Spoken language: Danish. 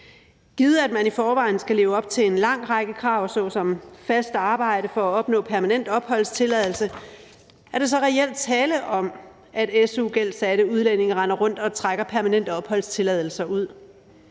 Givet at man i forvejen skal leve op til en lang række krav såsom fast arbejde for at opnå permanent opholdstilladelse, er der så reelt tale om, at su-gældsatte udlændinge render rundt og trækker permanente opholdstilladelser ud?